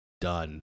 done